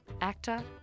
actor